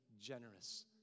generous